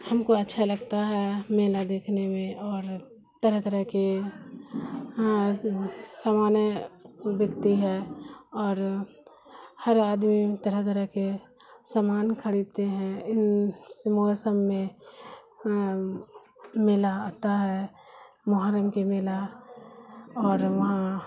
ہم کو اچھا لگتا ہے میلا دیکھنے میں اور طرح طرح کے سامانیں بکتی ہے اور ہر آدمی طرح طرح کے سامان خریدتے ہیں ان سے موسم میں میلہ آتا ہے محرم کے میلا اور وہاں